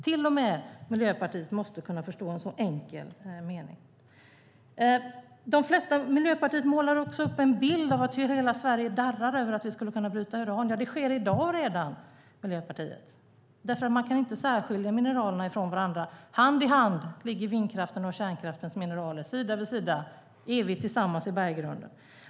Till och med Miljöpartiet måste kunna förstå något så enkelt. Miljöpartiet målar också upp en bild av att vi i hela Sverige darrar över att vi skulle kunna bryta uran. Ja, Miljöpartiet, det sker redan i dag! Man kan nämligen inte särskilja mineralerna från varandra. Hand i hand ligger vindkraftens och kärnkraftens mineraler, sida vid sida, evigt tillsammans i berggrunden.